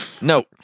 no